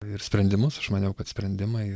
ir sprendimus aš maniau kad sprendimai